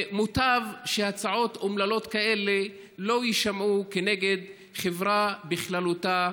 מוטב שהצעות אומללות כאלה לא יישמעו כנגד החברה בכללותה,